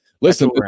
Listen